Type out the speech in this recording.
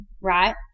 right